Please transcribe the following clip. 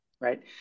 right